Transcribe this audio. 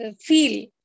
feel